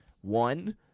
One